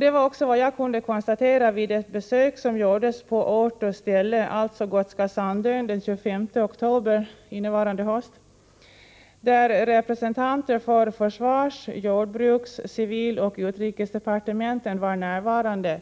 Det var också vad jag kunde konstatera vid det besök som gjordes på ort och ställe, alltså på Gotska Sandön den 25 oktober innevarande höst, där representanter för försvars-, jordbruks-, civiloch utrikesdepartementen var närvarande